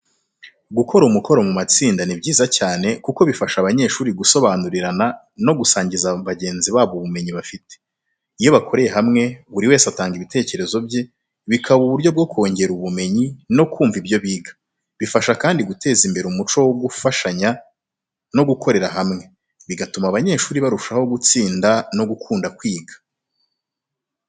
Gukorera umukoro mu matsinda ni byiza cyane kuko bifasha abanyeshuri gusobanurirana no gusangiza bagenzi babo ubumenyi bafite. Iyo bakoreye hamwe, buri wese atanga ibitekerezo bye, bikaba uburyo bwo kongera ubumenyi no kumva ibyo biga. Bifasha kandi guteza imbere umuco wo gufashanya no gukorera hamwe, bigatuma abanyeshuri barushaho gutsinda no gukunda kwiga.